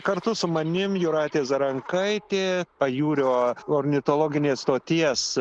kartu su manim jūratė zarankaitė pajūrio ornitologinės stoties